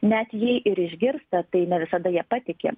net jei ir išgirsta tai ne visada ja patiki